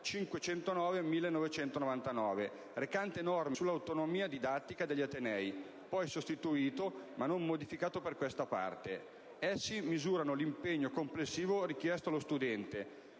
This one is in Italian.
del 1999, recante norme sull'autonomia didattica degli atenei (poi sostituito, ma non modificato per questa parte); essi misurano l'impegno complessivo richiesto allo studente,